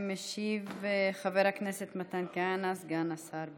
משיב חבר הכנסת מתן כהנא, סגן השר בבקשה.